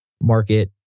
market